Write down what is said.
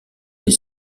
ier